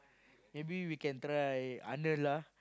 maybe we can try Arnold lah